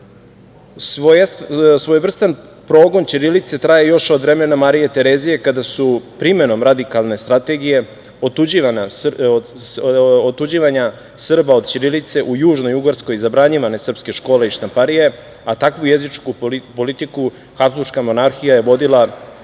pisma. Svojevrstan progon ćirilice traje još od vremena Marije Terezije, kada su primenom radikalne strategije otuđivanja Srba od ćirilice, u južnoj Bugarskoj zabranjivane srpske škole i štamparije, a takvu jezičku politiku Habzburška monarhija je vodila